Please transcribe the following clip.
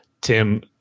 Tim